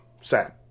Sad